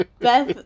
Beth